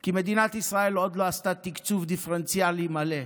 כי מדינת ישראל עוד לא עשתה תקצוב דיפרנציאלי מלא.